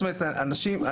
שש-שבע-שמונה.